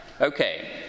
Okay